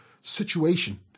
situation